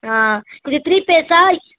ஆ இது த்ரீ பேஸா